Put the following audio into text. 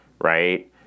right